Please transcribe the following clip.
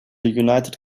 united